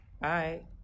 bye